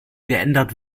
geändert